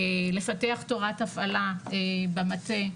לפתח תורת הפעלה במטה,